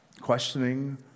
questioning